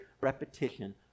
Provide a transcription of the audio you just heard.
repetition